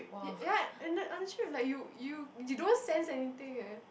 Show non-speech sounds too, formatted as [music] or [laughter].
[breath] ya and then on the trip like you you you don't sense anything eh